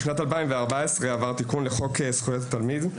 בשנת 2014 עבר תיקון לחוק זכויות התלמיד,